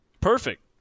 Perfect